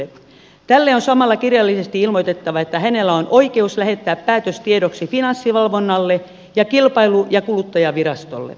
tälle on samalla kirjallisesti ilmoitettava että hänellä on oikeus lähettää päätös tiedoksi finanssivalvonnalle ja kilpailu ja kuluttajavirastolle